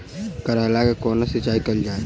करैला केँ कोना सिचाई कैल जाइ?